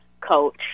coach